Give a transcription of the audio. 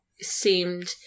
seemed